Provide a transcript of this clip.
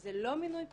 שזה לא מינוי פוליטי,